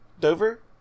Dover